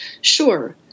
Sure